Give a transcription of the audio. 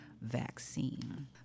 vaccine